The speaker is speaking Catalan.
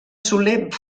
soler